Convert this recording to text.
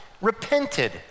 repented